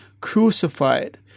crucified